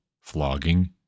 flogging